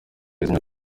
imyaka